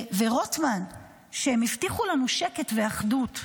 ורוטמן, שהם הבטיחו לנו שקט ואחדות.